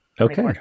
Okay